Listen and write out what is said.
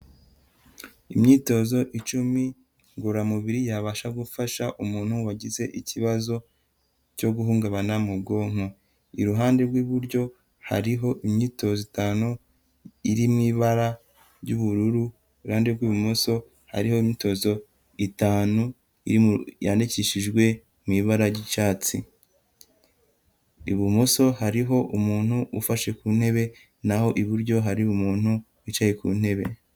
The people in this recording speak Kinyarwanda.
Imyitozo icumi ngoramubiri yabasha gufasha umuntu wagize ikibazo cyo guhungabana mu bwonko. Iruhande rw'iburyo hariho imyitozo itanu iri mu'ibara ry'ubururu, iruhande rw'ibumoso hari imyitozo itanu yandikishijwe mu ibara ry'icyatsi. Ibumoso hariho umuntu ufashe ku ntebe naho iburyo hari umuntu wicaye ku ntebe.